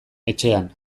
etxean